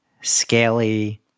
scaly